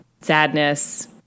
sadness